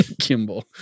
Kimball